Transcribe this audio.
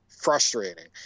frustrating